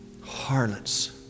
harlots